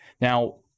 Now